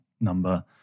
number